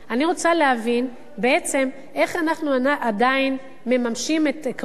אני רוצה להבין בעצם איך אנחנו עדיין מממשים את העיקרון